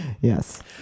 Yes